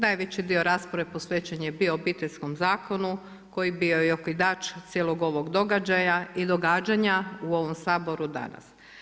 Najveći dio rasprave posvećen je bio Obiteljskom zakonu koji je bio i okidač cijelog ovog događaja i događanja u ovom Saboru danas.